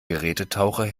gerätetaucher